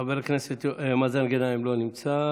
חבר הכנסת מאזן גנאים, לא נמצא.